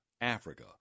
Africa